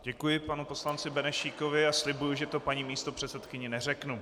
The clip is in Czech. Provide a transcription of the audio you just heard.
Děkuji panu poslanci Benešíkovi a slibuji, že to paní místopředsedkyni neřeknu.